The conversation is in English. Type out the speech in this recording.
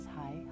hi